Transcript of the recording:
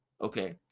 okay